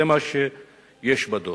זה מה שיש בדוח.